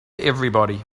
everybody